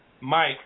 Mike